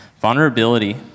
Vulnerability